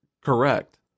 correct